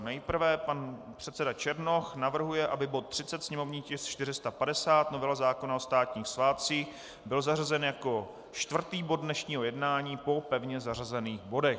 Nejprve pan předseda Černoch, aby bod 30, sněmovní tisk 450, novela zákona o státních svátcích, byl zařazen jako čtvrtý bod dnešního jednání po pevně zařazených bodech.